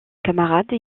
camarades